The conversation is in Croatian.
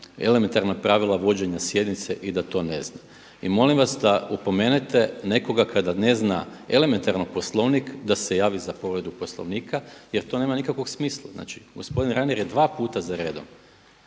elementarna pravila vođenja sjednice i da to ne zna. I molim vas da opomenete nekoga kada ne zna elementarno Poslovnik da se javi za povredu Poslovnika jer to nema nikakvog smisla. Znači gospodin Reiner je dva puta za redom